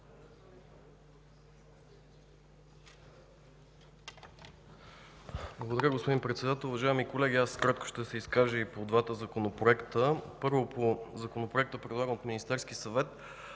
Благодаря, господин Председател. Уважаеми колеги, аз кратко ще се изкажа и по двата законопроекта. Първо, по Законопроекта, предлаган от Министерския съвет